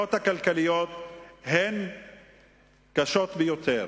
הגזירות הכלכליות קשות ביותר